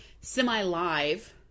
semi-live